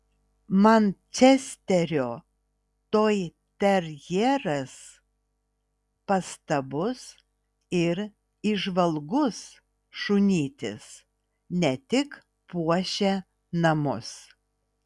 mančesterio toiterjeras pastabus ir įžvalgus šunytis ne tik puošia namus